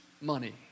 money